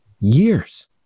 years